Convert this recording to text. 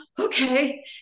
okay